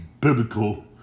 biblical